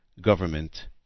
government